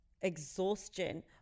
exhaustion